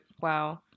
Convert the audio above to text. Wow